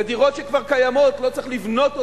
זה דירות שכבר קיימות, לא צריך לבנות אותן.